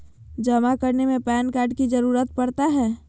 जमा करने में पैन कार्ड की जरूरत पड़ता है?